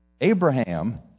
Abraham